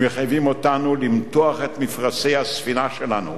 הם מחייבים אותנו למתוח את מפרשי הספינה שלנו